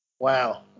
Wow